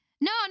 no